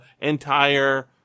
entire